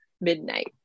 midnight